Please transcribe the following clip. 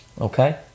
Okay